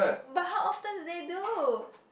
but how often they do